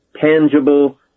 Tangible